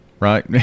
Right